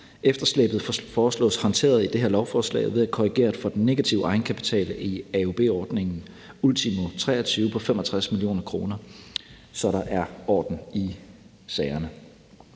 Efterslæbet foreslås håndteret i det her lovforslag ved at korrigere for den negative egenkapital i AUB-ordningen ultimo 2023 på 65 mio. kr., så der er orden i sagerne.